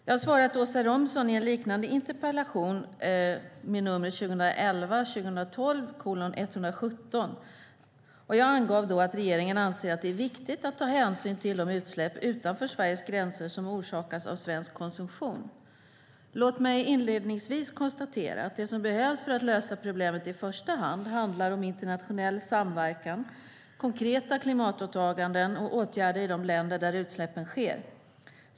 Jag har svarat Åsa Romson i en liknande interpellation, 2011/12:117. Jag angav då att regeringen anser att det är viktigt att ta hänsyn till de utsläpp utanför Sveriges gränser som orsakas av svensk konsumtion. Låt mig inledningsvis konstatera att det som behövs för att lösa problemet i första hand handlar om internationell samverkan, konkreta klimatåtaganden och åtgärder i de länder där utsläppen sker.